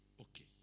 Okay